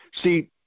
See